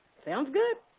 sounds good.